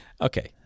Okay